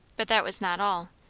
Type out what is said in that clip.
but that was not all.